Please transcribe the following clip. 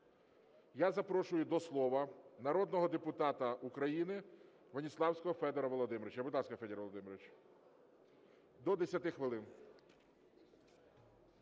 я запрошую до слова народного депутата України Веніславського Федора Володимировича. Будь ласка, Федір Володимирович, до 10 хвилин.